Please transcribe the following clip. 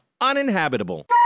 uninhabitable